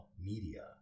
Media